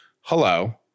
hello